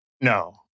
No